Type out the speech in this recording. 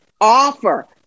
offer